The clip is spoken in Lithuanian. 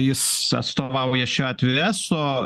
jis atstovauja šiuo atveju eso